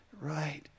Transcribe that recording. right